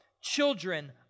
children